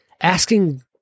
asking